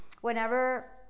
whenever